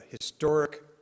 historic